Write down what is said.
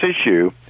issue